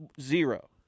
zero